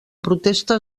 protesta